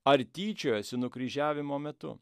ar tyčiojosi nukryžiavimo metu